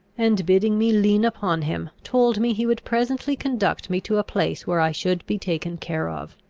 and, bidding me lean upon him, told me he would presently conduct me to a place where i should be taken care of.